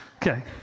Okay